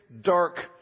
dark